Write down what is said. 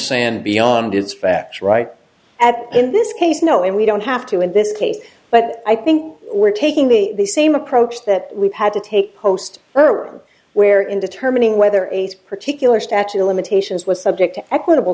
san beyond its facts right at in this case no and we don't have to in this case but i think we're taking the same approach that we've had to take post current where in determining whether it's particular statute of limitations was subject to equitable